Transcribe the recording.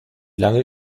lange